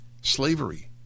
slavery